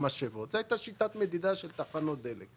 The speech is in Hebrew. זו הייתה שיטת המדידה של תחנות דלק.